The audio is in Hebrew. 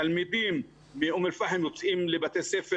תלמידים מאום אל פאחם יוצאים לבתי ספר